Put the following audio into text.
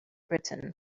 britain